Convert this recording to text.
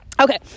Okay